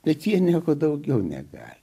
bet jie nieko daugiau negali